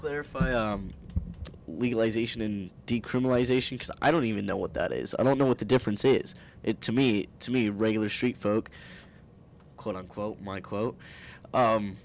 clarifying decriminalisation i don't even know what that is i don't know what the difference is it to me to me regular folk quote unquote my quote